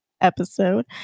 episode